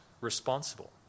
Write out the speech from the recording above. responsible